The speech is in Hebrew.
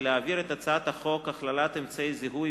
ולהעביר את הצעת חוק הכללת אמצעי זיהוי